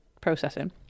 processing